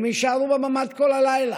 הם יישארו בממ"ד כל הלילה.